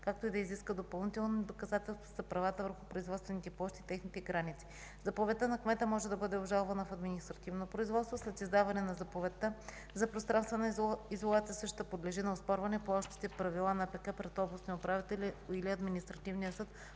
както и да изиска допълнителни доказателства за правата върху производствените площи и техните граници. Заповедта на кмета може да бъде обжалвана в административно производство. След издаване на заповедта за пространствена изолация същата подлежи на оспорване по общите правила на АПК пред областния управител или пред Административния съд